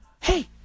Hey